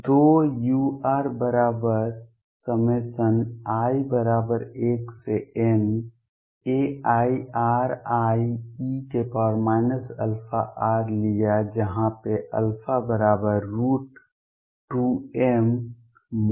दो uri1nairie αr लिया जहां पे 2mE2